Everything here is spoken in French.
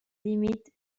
limite